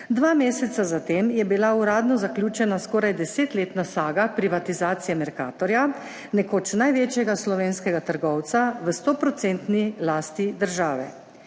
Dva meseca zatem je bila uradno zaključena skoraj desetletna saga privatizacije Mercatorja, nekoč največjega slovenskega trgovca v 100 % lasti države.